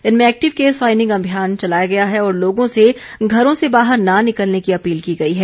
इनमें active case finding अभियान चलाया गया है और लोगों से घरों से बाहर न निकलने की अपील की गई है